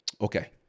Okay